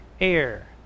air